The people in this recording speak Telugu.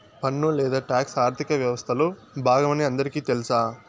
పన్ను లేదా టాక్స్ ఆర్థిక వ్యవస్తలో బాగమని అందరికీ తెల్స